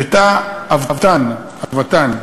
ותא "אל-וטן".